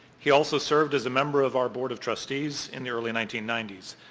he also served as a member of our board of trustees in the early nineteen ninety s.